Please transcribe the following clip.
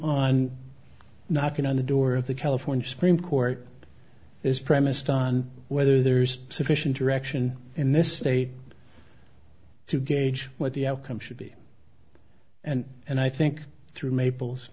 issue knocking on the door of the california supreme court is premised on whether there's sufficient direction in this state to gauge what the outcome should be and and i think through maple